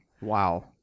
Wow